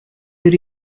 they